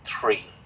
three